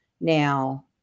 now